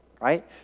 right